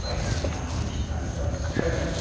weil sie gar nicht anders könne